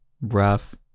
Rough